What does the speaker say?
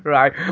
Right